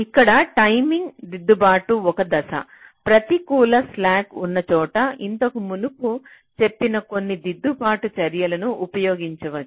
ఇక్కడ టైమింగ్ దిద్దుబాటు ఒక దశ ప్రతికూల స్లెక్ ఉన్నచోట ఇంతకు మునుపు చెప్పిన కొన్ని దిద్దుబాటు చర్యలను ఉపయోగించుకోవచ్చు